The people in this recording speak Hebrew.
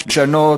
לשנות,